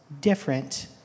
different